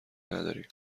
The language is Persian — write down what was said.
نداریم